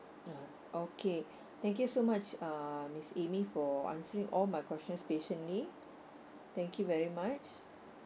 mm okay thank you so much uh miss amy for answering all my questions patiently thank you very much